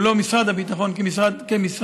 או לא משרד הביטחון כמשרד,